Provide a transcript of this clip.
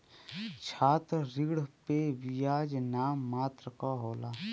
छात्र ऋण पे बियाज नाम मात्र क होला